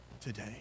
today